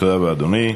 תודה רבה, אדוני.